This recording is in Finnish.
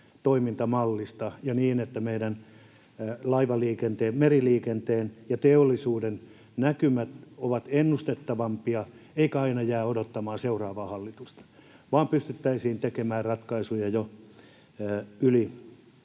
toimintamallista ja niin, että meidän laivaliikenteen, meriliikenteen ja teollisuuden näkymät ovat ennustettavampia, eikä aina jäädä odottamaan seuraavaa hallitusta, vaan pystyttäisiin tekemään ratkaisuja jo yli